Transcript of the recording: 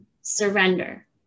surrender